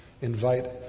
Invite